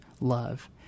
love